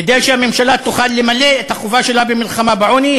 כדי שהממשלה תוכל למלא את החובה שלה במלחמה בעוני,